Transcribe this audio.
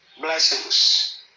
blessings